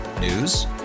News